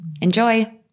Enjoy